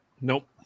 Nope